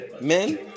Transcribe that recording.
Men